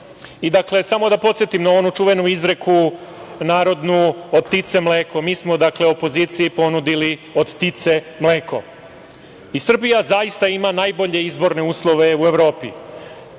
Dakle, samo da podsetim na onu čuvenu narodnu izreku – od 'tice mleko. Mi smo, dakle, opoziciji ponudili od 'tice mleko. Srbija zaista ima najbolje izborne uslove u Evropi. Mi